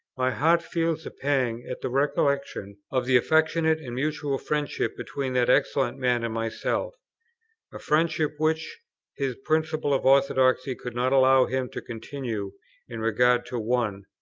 my heart feels a pang at the recollection of the affectionate and mutual friendship between that excellent man and myself a friendship, which his principles of orthodoxy could not allow him to continue in regard to one,